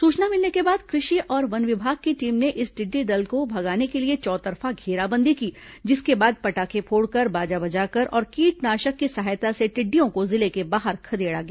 सूचना मिलने के बाद कृषि और वन विभाग की टीम ने इस टिड्डी दल को भगाने के लिए चौतरफा घेराबंदी की जिसके बाद पटाखें फोड़कर बाजा बजाकर और कीटनाशक की सहायता से टिड्डियों को जिले से बाहर खदेड़ा गया